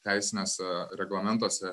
teisiniuose reglamentuose